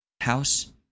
House